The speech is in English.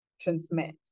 transmit